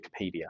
Wikipedia